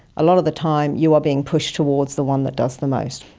a lot of the time you are being pushed towards the one that does the most.